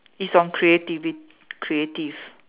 it's on creativit~ creative